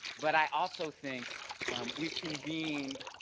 but i also think we've convened